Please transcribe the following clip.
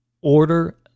Order